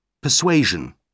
Persuasion